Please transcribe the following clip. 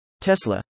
Tesla